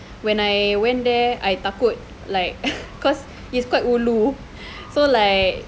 but when I went there I takut like because it's quite ulu